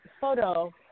photo